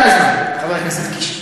הרבה מדי זמן, חבר הכנסת קיש.